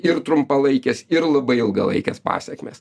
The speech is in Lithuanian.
ir trumpalaikes ir labai ilgalaikes pasekmes